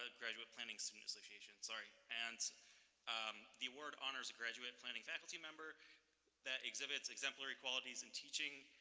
ah graduate planning student association, sorry. and um the award honors a graduate planning faculty member that exhibits exemplary qualities in teaching,